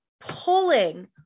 pulling